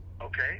okay